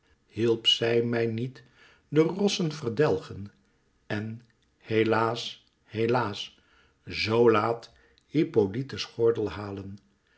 hielp zij mij niet de rossen verdelgen en helaas helaas zoo laat hippolyte's gordel halen